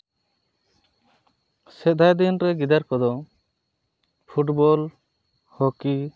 ᱥᱮᱫᱟᱭ ᱫᱤᱱ ᱨᱮ ᱜᱤᱫᱟᱹᱨ ᱠᱚᱫᱚ ᱯᱷᱩᱴᱵᱚᱞ ᱦᱚᱠᱤ